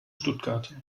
stuttgart